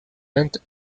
and